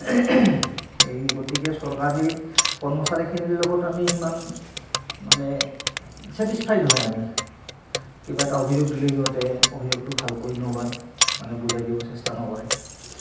এই গতিকে চৰকাৰী কৰ্মচাৰীখিনিৰ লগত আমি সিমান মানে ছেটিছফাই নহয় আমি কিবা এটা অভিযোগ দিলে সিহঁতে অভিযোগটো ভাল কৈ নলয় মানে বুজাই দিব চেষ্টা নকৰে